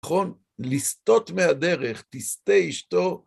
נכון? לסטות מהדרך, תשטה אשתו.